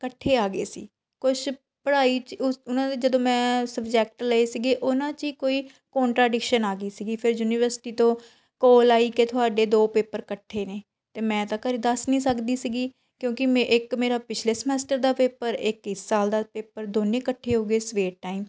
ਇਕੱਠੇ ਆ ਗਏ ਸੀ ਕੁਝ ਪੜ੍ਹਾਈ 'ਚ ਓਸ ਉਹਨਾਂ ਦੇ ਜਦੋਂ ਮੈਂ ਸਬਜੈਕਟ ਲਏ ਸੀਗੇ ਉਹਨਾਂ 'ਚ ਹੀ ਕੋਈ ਕੋਨਟਰਾਡਿਕਸ਼ਨ ਆ ਗਈ ਸੀਗੀ ਫਿਰ ਯੂਨੀਵਰਸਿਟੀ ਤੋਂ ਕੋਲ ਆਈ ਕਿ ਤੁਹਾਡੇ ਦੋ ਪੇਪਰ ਇਕੱਠੇ ਨੇ ਅਤੇ ਮੈਂ ਤਾਂ ਘਰੇ ਦੱਸ ਨਹੀਂ ਸਕਦੀ ਸੀਗੀ ਕਿਉਂਕਿ ਇੱਕ ਮੇਰਾ ਪਿਛਲੇ ਸਮੈਸਟਰ ਦਾ ਪੇਪਰ ਇੱਕ ਇਸ ਸਾਲ ਦਾ ਪੇਪਰ ਦੋਨੇ ਇਕੱਠੇ ਹੋ ਗਏ ਸਵੇਰ ਟਾਈਮ